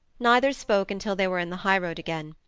neither spoke until they were in the high road again.